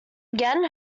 again